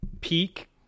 peak